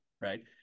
right